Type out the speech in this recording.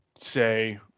say